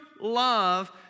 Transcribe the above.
love